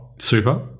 Super